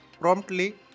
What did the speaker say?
promptly